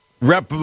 Rep